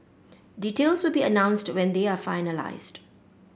details will be announced when they are finalised